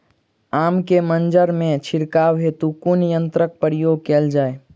आम केँ मंजर मे छिड़काव हेतु कुन यंत्रक प्रयोग कैल जाय?